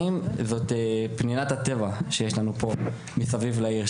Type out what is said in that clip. זו פנינת הטבע שיש לנו פה מסביב לעיר.